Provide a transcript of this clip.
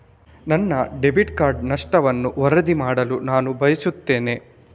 ನನ್ನ debit card ನಷ್ಟವನ್ನು ವರದಿ ಮಾಡಲು ನಾನು ಬಯಸ್ತೆನೆ